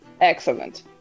excellent